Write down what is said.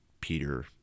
Peter